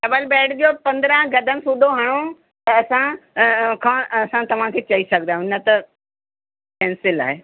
double bed जो पंद्रहं गदन सूधो हणो त असां अ खां अ असां तव्हांखे चई सघंदा आहियूं न त केंसिल आहे